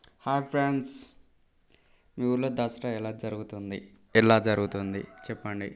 hi friends మీ ఊర్లో దసరా ఎలా జరుగుతుంది ఎలా జరుగుతుంది చెప్పండి